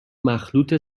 مخلوط